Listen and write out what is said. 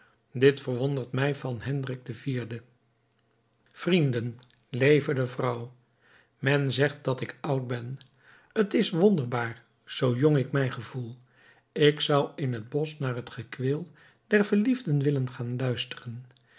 dit verwondert mij van hendrik iv vrienden leve de vrouw men zegt dat ik oud ben t is wonderbaar zoo jong ik mij gevoel ik zou in het bosch naar het gekweel der verliefden willen gaan luisteren